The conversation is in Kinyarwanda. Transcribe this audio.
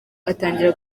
atangira